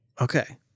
Okay